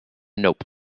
nope